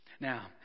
Now